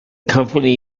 company